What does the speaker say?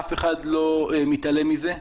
אף אחד לא מתעלם מזה,